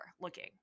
looking